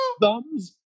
thumbs